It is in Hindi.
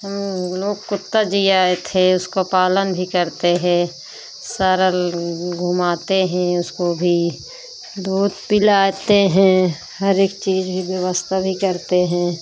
हम लोग कुत्ता जियाए थे उसका पालन भी करते हे सरल घुमाते हें उसको भी दूध पिलाते हैं हर एक चीज़ भी व्यवस्था भी करते हैं